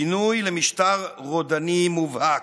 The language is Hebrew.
שינוי למשטר רודני מובהק.